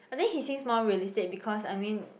I think he seems more realistic because I mean